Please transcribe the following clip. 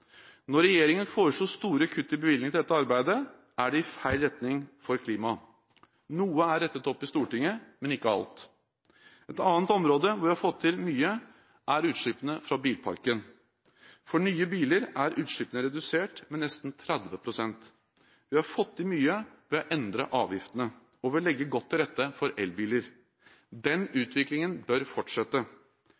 Når regjeringen foreslo store kutt i bevilgningene til dette arbeidet, er det feil retning for klimaet. Noe er rettet opp i Stortinget, men ikke alt. Et annet område hvor vi har fått til mye, er utslippene fra bilparken. For nye biler er utslippene redusert med nesten 30 pst. Vi har fått til mye ved å endre avgiftene og ved å legge godt til rette for elbiler. Den